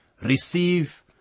Receive